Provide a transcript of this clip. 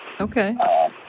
Okay